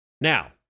Now